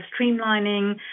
streamlining